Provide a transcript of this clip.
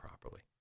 properly